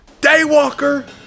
Daywalker